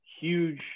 huge